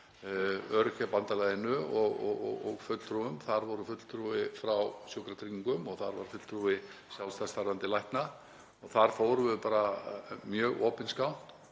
Öryrkjabandalaginu og fulltrúum. Þar var fulltrúi frá Sjúkratryggingum og þar var fulltrúi sjálfstætt starfandi lækna og þar fórum við bara mjög opinskátt